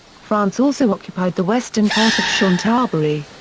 france also occupied the western part of chantaburi.